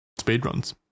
Speedruns